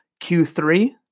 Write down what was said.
Q3